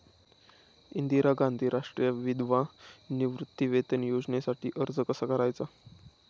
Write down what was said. इंदिरा गांधी राष्ट्रीय विधवा निवृत्तीवेतन योजनेसाठी अर्ज कसा करायचा?